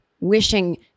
wishing